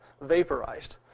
vaporized